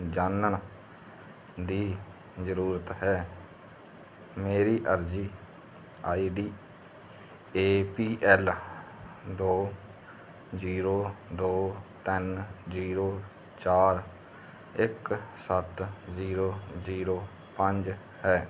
ਜਾਣਨ ਦੀ ਜ਼ਰੂਰਤ ਹੈ ਮੇਰੀ ਅਰਜ਼ੀ ਆਈਡੀ ਏ ਪੀ ਐਲ ਦੋ ਜ਼ੀਰੋ ਦੋ ਤਿੰਨ ਜ਼ੀਰੋ ਚਾਰ ਇੱਕ ਸੱਤ ਜ਼ੀਰੋ ਜ਼ੀਰੋ ਪੰਜ ਹੈ